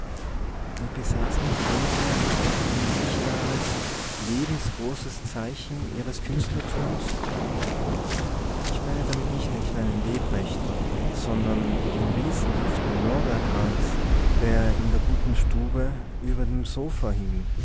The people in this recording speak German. und besaß nicht rita auch ein sichtbares lebensgroßes zeichen ihres künstlertums ich meine damit nicht den kleinen lebrecht sondern den riesenhaften lorbeerkranz der in der guten stube über dem sofa hing